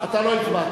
אתה לא הצבעת?